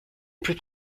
plus